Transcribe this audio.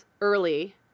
early